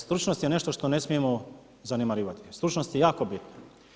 Stručnost je nešto što ne smijemo zanemarivati, stručnost je jako bitna.